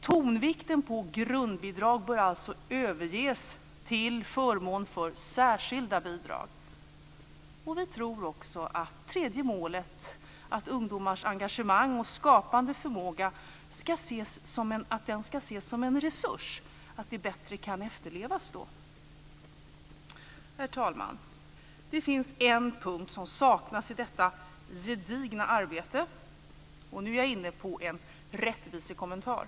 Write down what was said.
Tonvikten på grundbidrag bör alltså överges till förmån för särskilda bidrag. Vi tror också att det tredje målet, att ungdomars engagemang och skapande förmåga ska ses som en resurs, bättre kan efterlevas då. Herr talman! Det finns en punkt som saknas i detta gedigna arbete. Nu är jag inne på en rättvisekommentar.